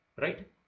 Right